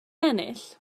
ennill